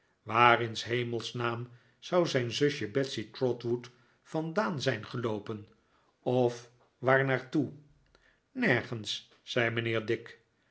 waar in s hemels naam zou zijn zusje betsey trotwood vandaan zijn geloopen of waar naar toe nergens zei mijnheer dick